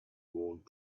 want